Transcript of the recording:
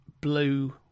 blue